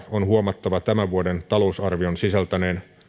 on huomattava tämän vuoden talousarvion sisältäneen